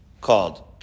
called